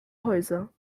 häuser